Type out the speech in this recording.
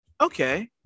Okay